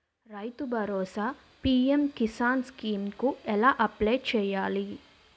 రైతు Bharosa PM Kisan scheme కు ఎలా అప్లయ్ చేయాలి?